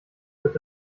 wird